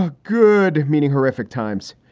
ah good meaning, horrific times.